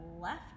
left